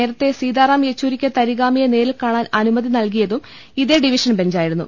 നേരത്തെ സീതാറാം യെച്ചൂരിക്ക് തരിഗാമിയെ നേരിൽ കാണാൻ അനുമതി നൽകിയതും ഇതേ ഡിവിഷൻ ബെഞ്ചായി രുന്നു